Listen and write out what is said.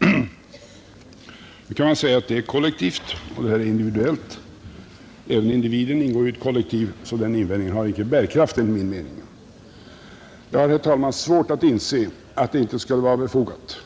Man kan visserligen säga att det i det ena fallet gäller ett kollektiv och i det andra fallet en individ, men även individer ingår i ett kollektiv, varför denna invändning enligt min mening inte har bärkraft. Jag har, herr talman, svårt att inse att det inte skulle vara befogat